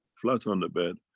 flat on the bed,